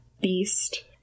beast